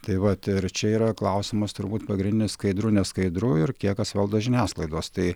tai vat ir čia yra klausimas turbūt pagrindinis skaidru neskaidru ir kiek kas valdo žiniasklaidos tai